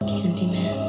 Candyman